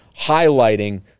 highlighting